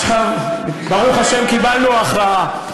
ברוך השם, קיבלנו הכרעה.